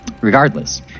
Regardless